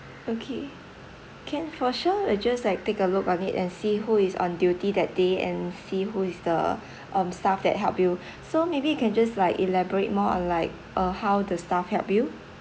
okay can for sure I just like take a look on it and see who is on duty that day and see who is the um staff that help you so maybe you can just like elaborate more on like uh how the staff help you